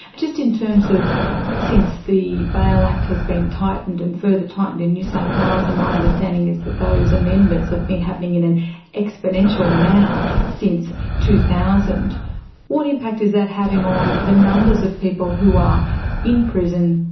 just in terms of since the bail act has been tightened, and further tightened in new south wales, and my understanding is that those amendments have been happening in an exponential manner since two thousand what impact is that having on the numbers of people who are in prison,